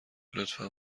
لطفا